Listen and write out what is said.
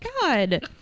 god